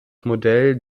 modell